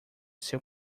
seu